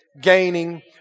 gaining